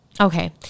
okay